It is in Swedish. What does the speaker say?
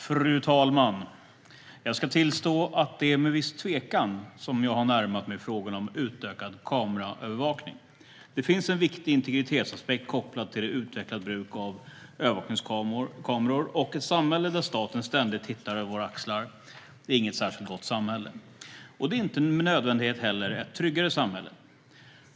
Fru talman! Jag ska tillstå att det är med viss tvekan jag har närmat mig frågan om utökad kameraövervakning. Det finns en viktig integritetsaspekt kopplad till det utökade bruket av övervakningskameror. Ett samhälle där staten ständigt tittar över våra axlar är inget särskilt gott samhälle. Det är inte nödvändigtvis ett tryggare samhälle heller.